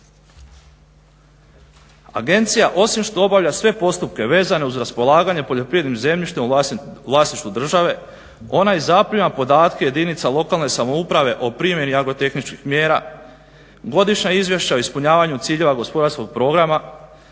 Agencija osim što obavlja sve postupke vezane uz raspolaganje poljoprivrednim zemljištem u vlasništvu države ona i zaprima podatke jedinica lokalne samouprave o primjeni agro-tehničkih mjera, godišnja izvješća o ispunjavanju ciljeva gospodarskog programa,